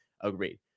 Agreed